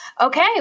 okay